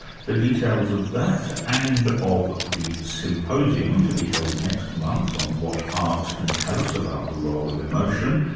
for details of that, and of the symposium to be held next month on what art can tell us about the role of emotion,